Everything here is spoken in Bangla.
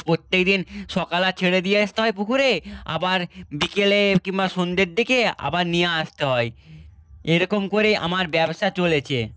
প্রত্যেক দিন সকালে ছেড়ে দিয়ে আসতে হয় পুকুরে আবার বিকেলে কিংবা সন্ধের দিকে আবার নিয়ে আসতে হয় এরকম করেই আমার ব্যবসা চলেছে